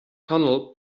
connell